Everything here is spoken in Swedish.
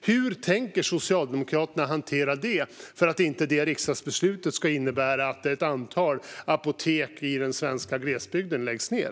Hur tänker Socialdemokraterna hantera denna fråga för att riksdagsbeslutet inte ska innebära att ett antal apotek i den svenska glesbygden läggs ned?